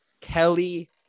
Kelly